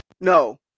No